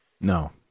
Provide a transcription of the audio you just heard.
No